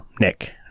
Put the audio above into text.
Nick